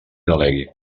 delegui